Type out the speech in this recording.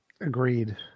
Agreed